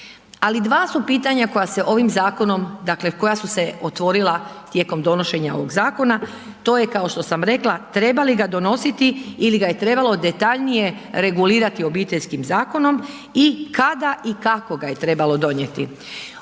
Ali dva su pitanja koja se ovim zakonom, dakle koja su se otvorila tijekom donošenja ovog zakona, to je kao što sam rekla, treba li ga treba li ga donositi ili ga je trebalo detaljnije regulirati Obiteljskim zakonom i kada i kako ga je trebalo donijeti.